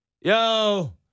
Yo